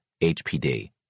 HPD